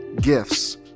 Gifts